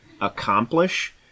accomplish